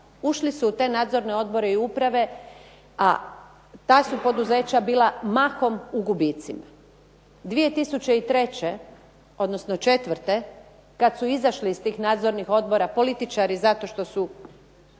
Ušli su u te nadzorne odbore i uprave, a ta su poduzeća bila mahom u gubicima. 2003., odnosno 2004. kad su izašli iz tih nadzornih odbora političari zato što su